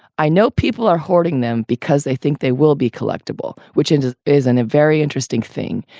i know people are hoarding them because they think they will be collectible, which is is in a very interesting thing.